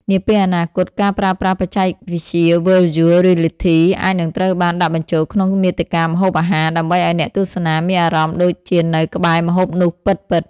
នាពេលអនាគត ការប្រើប្រាស់បច្ចេកវិទ្យា Virtual Reality អាចនឹងត្រូវបានដាក់បញ្ចូលក្នុងមាតិកាម្ហូបអាហារ ដើម្បីឱ្យអ្នកទស្សនាមានអារម្មណ៍ដូចជានៅក្បែរម្ហូបនោះពិតៗ។